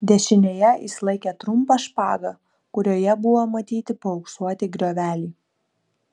dešinėje jis laikė trumpą špagą kurioje buvo matyti paauksuoti grioveliai